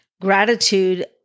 Gratitude